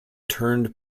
turned